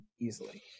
easily